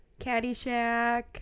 Caddyshack